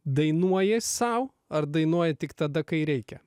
dainuoji sau ar dainuoji tik tada kai reikia